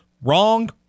Wrong